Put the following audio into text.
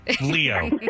Leo